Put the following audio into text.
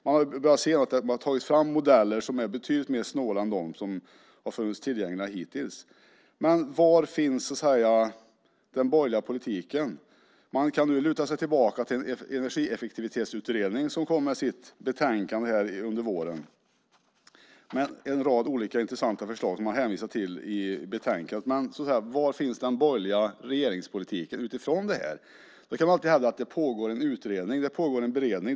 Man har tagit fram modeller som är betydligt mer snåla än de som har funnits tillgängliga hittills. Var finns den borgerliga politiken? Man kan nu luta sig tillbaka på en energieffektivitetsutredning som kom med sitt betänkande under våren med en rad olika intressanta förslag som man hänvisar till i betänkandet. Men var finns den borgerliga regeringspolitiken utifrån det här? Man kan alltid hävda att det pågår en utredning och en beredning.